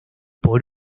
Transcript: por